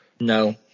No